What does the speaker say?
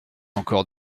encore